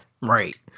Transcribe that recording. Right